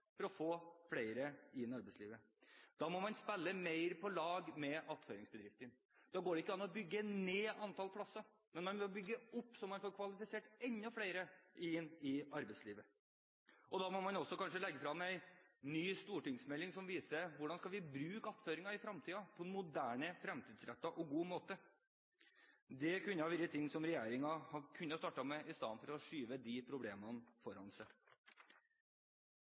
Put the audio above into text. for å få flere inn i arbeidslivet. Da må man spille mer på lag med attføringsbedriftene. Da går det ikke an å bygge ned antall plasser, man må bygge dem opp så man får kvalifisert enda flere inn i arbeidslivet. Da må man kanskje også legge fram en ny stortingsmelding som viser hvordan vi skal bruke attføring på en moderne, fremtidsrettet og god måte. Dette er ting regjeringen kunne ha startet med istedenfor å skyve problemene foran seg.